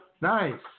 nice